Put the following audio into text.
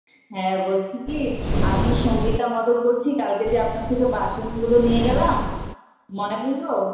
হ্যাঁ বলছি কি আমি সংগীতা মোদক বলছি কালকে যে আপনার থেকে বাসনগুলো নিয়ে গেলাম মনে পড়লো